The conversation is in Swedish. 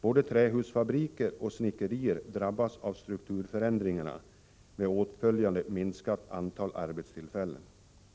Både trähusfabriker och snickerier drabbas av strukturförändringarna, med åtföljande minskning av antalet arbetstillfällen.